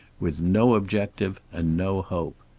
with no objective and no hope.